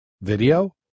video